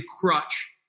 crutch